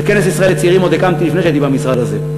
כי את כנס ישראל לצעירים הקמתי עוד לפני שהייתי במשרד הזה.